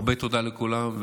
הרבה תודה לכולם.